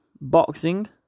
boxing